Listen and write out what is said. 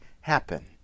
happen